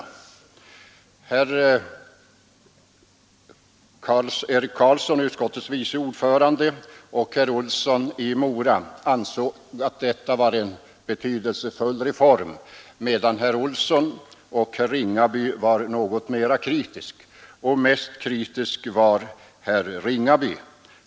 Utskottets vice ordförande, herr Carlsson i Vikmanshyttan, och herr Jonsson i Mora ansåg att detta var en betydelsefull reform, medan herr Olsson i Stockholm och herr Ringaby var något mera kritiska. Mest kritisk var herr Ringaby.